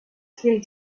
fills